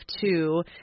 two